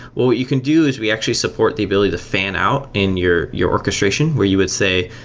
what you can do is we actually support the ability to fan-out in your your orchestration where you would say,